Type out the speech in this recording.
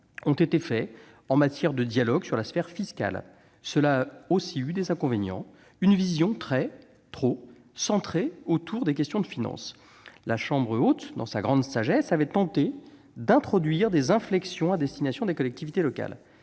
ont été faits en matière de dialogue sur la sphère fiscale. Cela a aussi eu des inconvénients : une vision très, trop centrée autour des questions de finances. La chambre haute, dans sa grande sagesse, avait tenté d'introduire des inflexions à destination des collectivités locales.